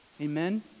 Amen